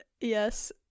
Yes